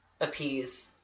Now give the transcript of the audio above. appease